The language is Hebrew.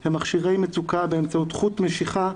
הם מכשירי מצוקה באמצעות חוט משיכה.